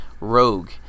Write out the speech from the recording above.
rogue